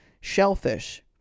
shellfish